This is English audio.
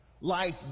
Life